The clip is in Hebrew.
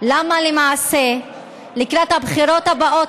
למה למעשה לקראת הבחירות הבאות,